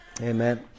Amen